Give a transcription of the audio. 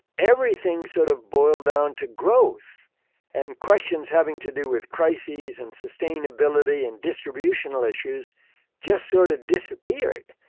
everything sort of boiled down to growth and questions having to do with crises and sustainability and distributional issues just sort of disappeared.